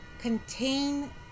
contain